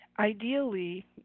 Ideally